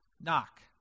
knock